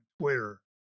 Twitter